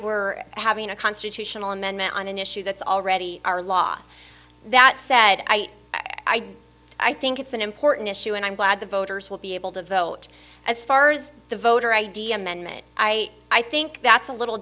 we're having a constitutional amendment on an issue that's already our law that said i i think it's an important issue and i'm glad the voters will be able to vote as far as the voter id amendment i i think that's a little